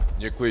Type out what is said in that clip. Děkuji.